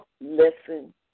listen